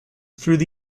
through